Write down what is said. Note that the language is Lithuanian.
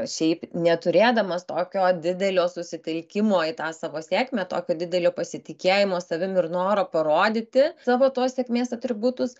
šiaip neturėdamas tokio didelio susitelkimo į tą savo sėkmę tokio didelio pasitikėjimo savim ir noro parodyti savo tuos sėkmės atributus